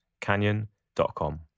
canyon.com